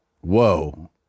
Whoa